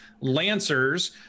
Lancers